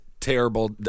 terrible